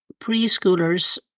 preschoolers